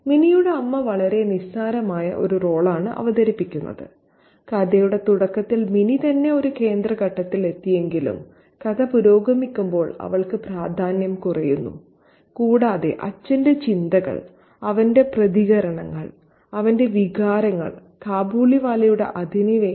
മിനിയുടെ അമ്മ വളരെ നിസ്സാരമായ ഒരു റോളാണ് അവതരിപ്പിക്കുന്നത് കഥയുടെ തുടക്കത്തിൽ മിനി തന്നെ ഒരു കേന്ദ്ര ഘട്ടത്തിൽ എത്തിയെങ്കിലും കഥ പുരോഗമിക്കുമ്പോൾ അവൾക്ക് പ്രാധാന്യം കുറയുന്നു കൂടാതെ അച്ഛന്റെ ചിന്തകൾ അവന്റെ പ്രതികരണങ്ങൾ അവന്റെ വികാരങ്ങൾ കാബൂളിവാലയുടെ അധിനിവേശം